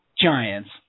Giants